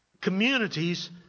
communities